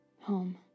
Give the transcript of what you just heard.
home